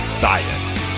science